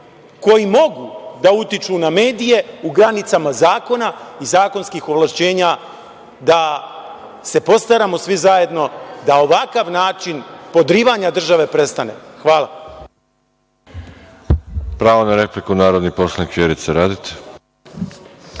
koji mogu da utiču na medije u granicama zakona i zakonskih ovlašćenja da se postaramo svi zajedno da ovakav način podrivanja države prestane. Hvala. **Veroljub Arsić** Pravo na repliku, narodni poslanik Vjerica Radeta.